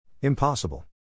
Impossible